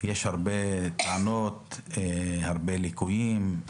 יש הרבה תלונות, הרבה ליקויים.